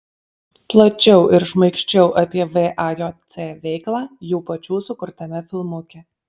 plačiau ir šmaikščiau apie vajc veiklą jų pačių sukurtame filmuke